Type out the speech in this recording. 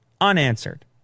Unanswered